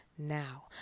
now